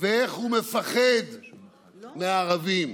ואיך הוא מפחד מהערבים.